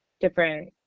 different